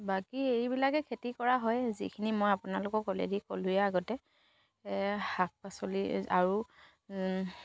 বাকী এইবিলাকেই খেতি কৰা হয় যিখিনি মই আপোনালোকক অলৰেডী ক'লোৱে আগতে শাক পাচলি আৰু